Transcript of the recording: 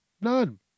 None